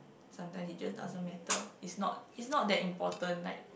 sometimes it just doesn't matter it's not it's not that important like